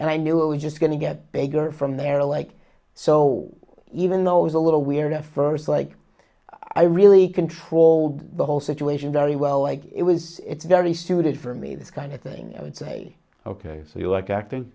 and i knew it was just going to get bigger from there like so even though it was a little weird at first like i really controlled the whole situation very well like it was it's very suited for me this kind of thing i would say ok so you like acting